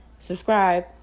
subscribe